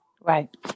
Right